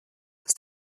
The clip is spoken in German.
ist